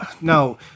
no